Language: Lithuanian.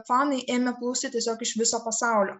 fanai ėmė plūsti tiesiog iš viso pasaulio